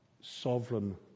sovereign